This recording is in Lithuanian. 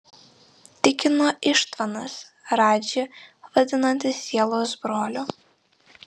tikino ištvanas radžį vadinantis sielos broliu